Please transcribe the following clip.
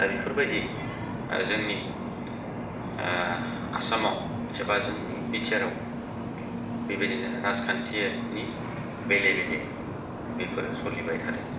दा बेफोरबादि जोंनि आसामाव एबा जोंनि बिटिआराव बिबायदिनो राजखान्थिनि बेले बेजे बेफोरो सोलिबाय थादों